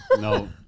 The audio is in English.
No